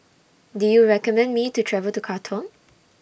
Do YOU recommend Me to travel to Khartoum